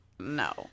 No